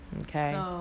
Okay